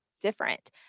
different